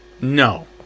No